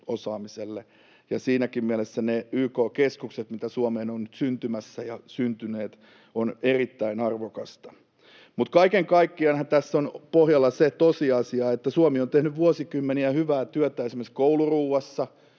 ja siinäkin mielessä ne YK-keskukset, mitä Suomeen on nyt syntymässä ja syntyneet, ovat erittäin arvokkaita. Kaiken kaikkiaanhan tässä on pohjalla se tosiasia, että Suomi on tehnyt vuosikymmeniä hyvää työtä esimerkiksi kouluruoassa.